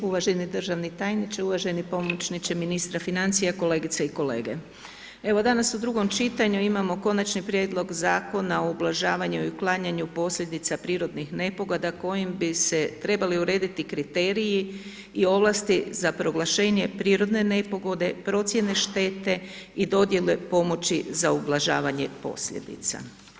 Uvaženi državni tajniče, uvaženi pomoćniče ministra financija, kolegice i kolege, evo danas u drugom čitanju imamo Konačni prijedlog zakona o ublažavanju i uklanjanju posljedica prirodnih nepogoda kojim bi se trebali urediti kriteriji i ovlasti za proglašenje prirodne nepogode, procijene štete i dodijele pomoći za ublažavanje posljedica.